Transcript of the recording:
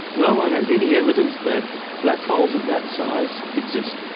no one has any evidence that black holes of that size exist.